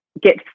Get